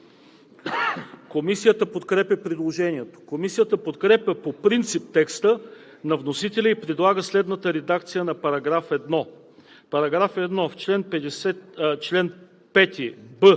Комисията подкрепя предложението. Комисията подкрепя по принцип текста на вносителя и предлага следната редакция на § 1: „§ 1. В чл. 5б се